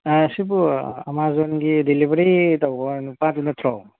ꯁꯤꯕꯨ ꯑꯥꯃꯥꯖꯣꯟꯒꯤ ꯗꯤꯂꯤꯕꯔꯤ ꯇꯧꯕ ꯅꯨꯄꯥꯗꯨ ꯅꯠꯇ꯭ꯔꯣ